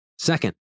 Second